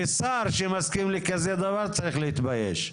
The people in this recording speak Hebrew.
ושר שמסכים צריך להתבייש,